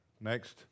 Next